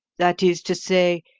that is to say,